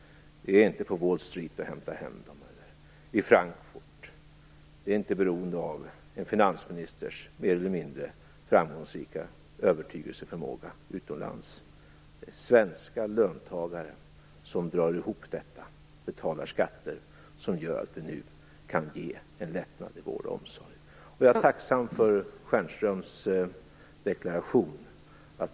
Vi hämtar inte hem dem på Wall Street eller i Frankfurt. Vi är inte beroende av en finansministers mer eller mindre framgångsrika övertygelseförmåga utomlands. Det är svenska löntagare som drar ihop detta och som betalar skatter. Det gör att vi nu kan ge en lättnad för vården och omsorgen. Jag är tacksam för Michael Stjernströms deklaration.